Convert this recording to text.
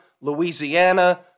Louisiana